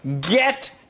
Get